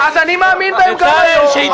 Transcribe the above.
אז אני מאמין בהם גם היום.